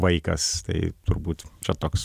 vaikas tai turbūt čia toks